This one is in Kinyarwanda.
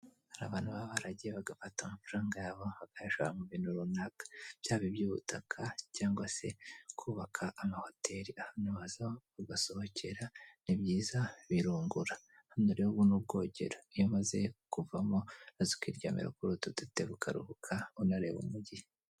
Hari abantu baba baragiye bagafata amafaranga yabo bakayashora mu bintu runaka, byaba iby'ubutaka cyangwa se kubaka amahoteli ahantu waza ugasohokera ni byiza birungura, ubu rero ni ubwogero iyo umaze kuvamo uraza ukiryamira kri utu dutebe ukaruhuka unareba umujyi.